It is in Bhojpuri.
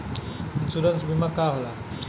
इन्शुरन्स बीमा का होला?